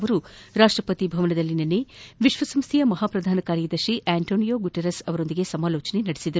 ಅವರು ರಾಷ್ಟ್ರಪತಿ ಭವನದಲ್ಲಿ ನಿನ್ನೆ ವಿಶ್ವಸಂಸ್ಲೆಯ ಮಹಾ ಪ್ರಧಾನ ಕಾರ್ಯದರ್ಶಿ ಆಂಟೊನಿಯೋ ಗುಟೆರಸ್ ಅವರೊಂದಿಗೆ ಸಮಾಲೋಚನೆ ನಡೆಸಿದರು